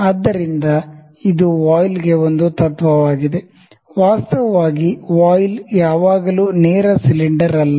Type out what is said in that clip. ಆದ್ದರಿಂದ ಇದು ವಾಯ್ಲೆಗೆ ಒಂದು ತತ್ವವಾಗಿದೆ ವಾಸ್ತವವಾಗಿ ವಾಯ್ಲ್ ಯಾವಾಗಲೂ ನೇರ ಸಿಲಿಂಡರ್ ಅಲ್ಲ